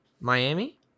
miami